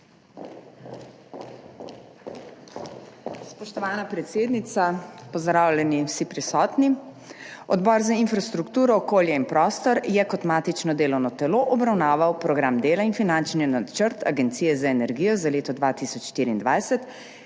Spoštovana predsednica! Pozdravljeni vsi prisotni! Odbor za infrastrukturo, okolje in prostor je kot matično delovno telo obravnaval Program dela in finančni načrt Agencije za energijo za leto 2024,